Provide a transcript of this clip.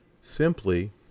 simply